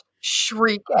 shriek